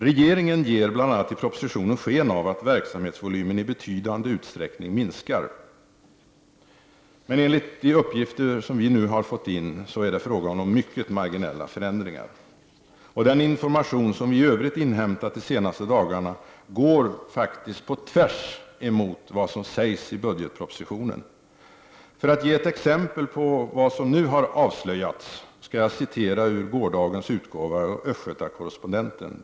Regeringen ger bl.a. i propositionen sken av att verksamhetsvolymen i betydande utsträckning minskar. Enligt de uppgifter som vi inhämtat är det fråga om mycket marginella förändringar. Den information som vi i övrigt inhämtat de senaste dagarna går tvärs emot vad som sägs i budgetpropositionen. För att ge ett exempel på vad som nu har avslöjats, skall jag citera ur gårdagens utgåva av Östgöta Correspondenten.